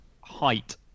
height